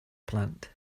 plant